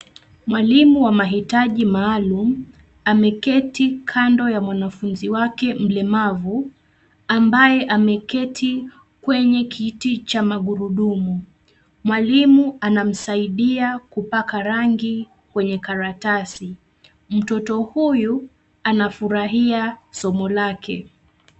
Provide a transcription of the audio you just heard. Mwalimu wa mahitaji maalum ameketi kando ya mwanafunzi wake mlemavu ambaye ameketi kwenye kiti cha magurudumu. Mwalimu anamsaidia kupaka rangi kwenye karatasi, mtoto huyu anafurahia somo lake.